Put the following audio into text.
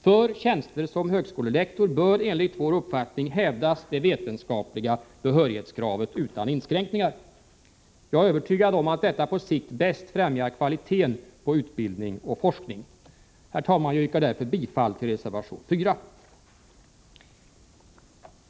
För tjänster som högskolelektor bör enligt vår uppfattning hävdas det vetenskapliga behörighetskravet utan inskränkningar. Jag är övertygad om att detta på sikt bäst främjar kvaliteten på utbildning och forskning. Herr talman! Jag yrkar därför bifall till reservation 4.